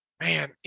man